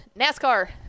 NASCAR